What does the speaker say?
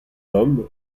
homme